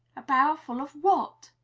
a barrowful of what?